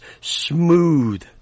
smooth